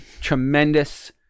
tremendous